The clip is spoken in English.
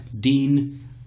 Dean